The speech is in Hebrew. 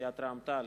מסיעת רע"ם-תע"ל,